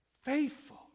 faithful